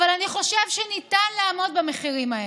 אבל אני חושב שניתן לעמוד במחירים האלה.